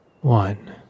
One